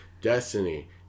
Destiny